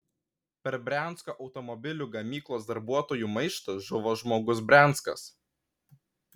per briansko automobilių gamyklos darbuotojų maištą žuvo žmogus brianskas